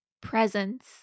Presence